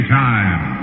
time